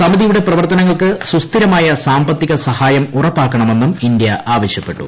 സമിതിയുട്ടെ പ്രവർത്തനങ്ങൾക്ക് സുസ്ഥിരമായ സാമ്പത്തിക സഹായ് ഉറ്പ്പാക്കണമെന്നും ഇന്ത്യ ആവശ്യപ്പെട്ടു